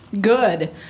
good